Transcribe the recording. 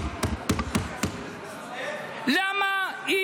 למה היא